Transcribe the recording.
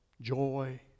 joy